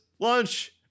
lunch